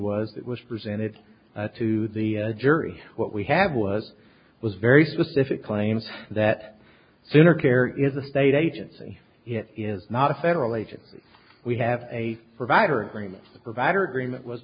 was that was presented to the jury what we had was was very specific claims that sooner care is a state agency it is not a federal agency we have a provider agreements provider agreement was